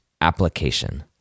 application